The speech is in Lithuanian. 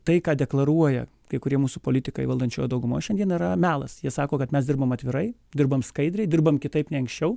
tai ką deklaruoja kai kurie mūsų politikai valdančiojoj daugumoj šiandien yra melas jie sako kad mes dirbame atvirai dirbam skaidriai dirbam kitaip nei anksčiau